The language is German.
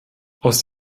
aus